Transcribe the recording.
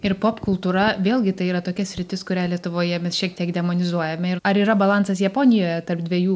ir popkultūra vėlgi tai yra tokia sritis kurią lietuvoje mes šiek tiek demonizuojame ir ar yra balansas japonijoje tarp dvejų